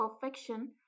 perfection